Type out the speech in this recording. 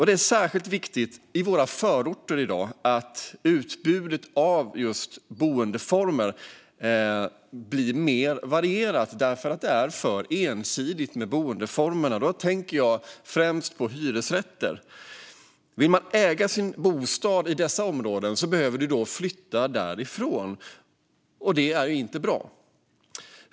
Det är särskilt viktigt i våra förorter i dag att utbudet av boendeformer blir mer varierat. Det är för ensidigt med boendeformerna, och då tänker jag främst på hyresrätter. Vill man äga sin bostad i dessa områden behöver man flytta därifrån, och det är inte bra.